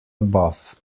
above